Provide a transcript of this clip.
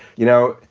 you know,